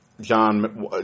John